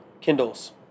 kindles